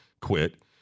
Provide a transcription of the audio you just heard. quit